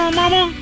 mama